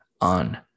on